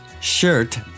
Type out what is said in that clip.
shirt